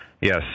yes